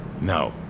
No